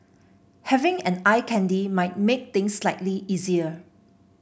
having an eye candy might make things slightly easier